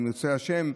אם ירצה השם,